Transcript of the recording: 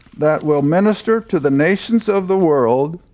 that will minister to the nations of the world